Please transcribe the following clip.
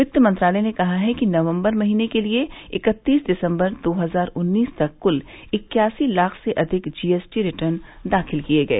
वित्त मंत्रालय ने कहा है कि नवंबर महीने के लिए इकत्तीस दिसंबर दो हजार उन्नीस तक कुल इक्यासी लाख से अधिक जीएसटी रिटर्न दाखिल किए गए